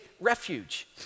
refuge